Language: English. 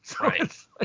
Right